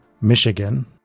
Michigan